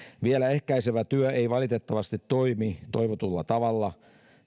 vielä ehkäisevä työ ei valitettavasti toimi toivotulla tavalla